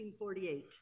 1948